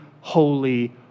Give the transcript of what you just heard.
holy